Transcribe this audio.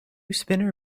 spinner